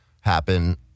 happen